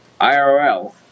IRL